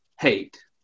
hate